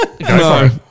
No